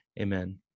Amen